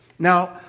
Now